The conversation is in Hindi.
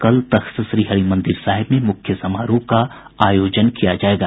कल तख्तश्री हरिमंदिर साहिब में मुख्य समारोह का आयोजन किया जायेगा